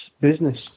business